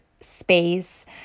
space